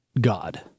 God